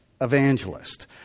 evangelist